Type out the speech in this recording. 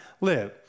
live